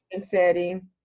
setting